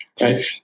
right